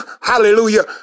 hallelujah